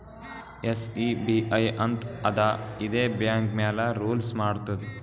SEBI ಅಂತ್ ಅದಾ ಇದೇ ಬ್ಯಾಂಕ್ ಮ್ಯಾಲ ರೂಲ್ಸ್ ಮಾಡ್ತುದ್